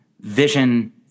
Vision